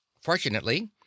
Fortunately